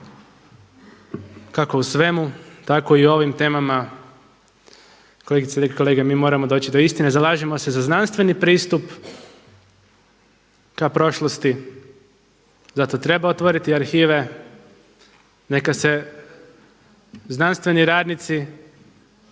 Kako o svemu, tako i o ovim temama kolegice i kolege mi moramo doći do istine zalažemo se za znanstveni pristup ka prošlosti. Zato treba otvoriti arhive, neka se znanstveni radnici